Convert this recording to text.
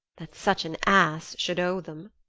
that such an ass should owe them.